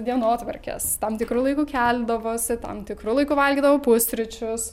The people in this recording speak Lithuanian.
dienotvarkės tam tikru laiku keldavosi tam tikru laiku valgydavo pusryčius